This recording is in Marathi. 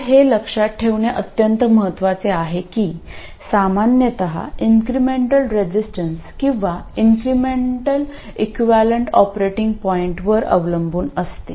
तर हे लक्षात ठेवणे अत्यंत महत्वाचे आहे की सामान्यत इन्क्रिमेंटल रेजिस्टन्स किंवा इन्क्रिमेंटल इक्विवलेंट ऑपरेटिंग पॉईंटवर अवलंबून असते